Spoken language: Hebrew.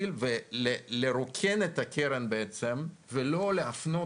ולהתחיל ולרוקן את הקרן בעצם ולא להפנות